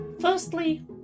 Firstly